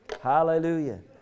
Hallelujah